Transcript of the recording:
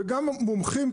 וגם מומחים,